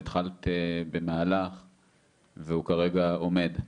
התחלת במהלך והוא כרגע עומד,